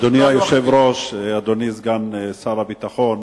אדוני היושב-ראש, אדוני סגן שר הביטחון,